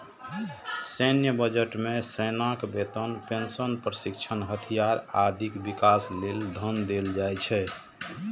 सैन्य बजट मे सेनाक वेतन, पेंशन, प्रशिक्षण, हथियार, आदिक विकास लेल धन देल जाइ छै